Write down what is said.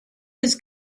his